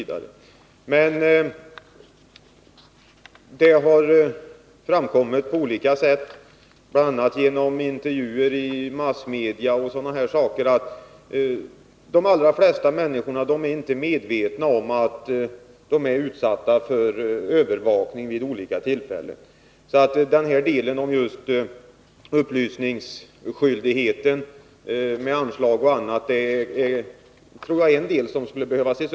Det har framkommit på olika sätt, bl.a. genom intervjuer i massmedia, att de allra flesta människorna inte är medvetna om att de är utsatta för övervakning vid olika tillfällen. Frågan om upplysningsskyldighet — att det skall finnas exempelvis anslag — tycker jag skulle behöva ses över.